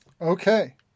Okay